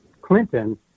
Clinton